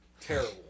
terrible